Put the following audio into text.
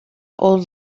old